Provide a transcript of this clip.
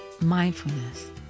mindfulness